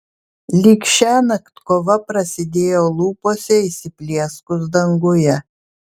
lyg šiąnakt kova prasidėjo lūpose įsiplieskus danguje